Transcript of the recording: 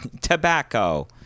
tobacco